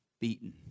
beaten